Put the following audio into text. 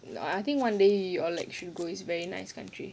i~ I think one day you all like should go it's a very nice country